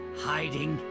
hiding